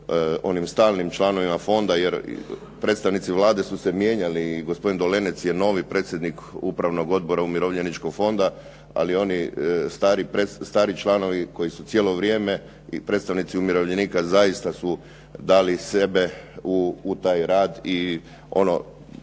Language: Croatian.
onim stalnim članovima fonda je predstavnici Vlade su se mijenjali, gospodin Dolenec je novi predsjednik Upravnog fonda Umirovljeničkog fonda ali oni stari članovi koji su cijelo vrijeme i predstavnici umirovljenika zaista su dali sebe u taj rad i ono